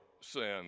sin